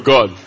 God